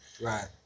Right